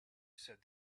said